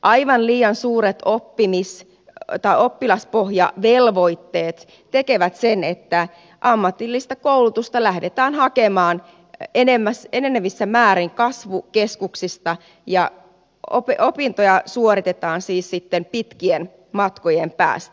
aivan liian suuret oppilaspohjavelvoitteet tekevät sen että ammatillista koulutusta lähdetään hakemaan enenevässä määrin kasvukeskuksista ja opintoja suoritetaan siis sitten pitkien matkojen päästä